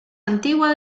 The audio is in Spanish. antigua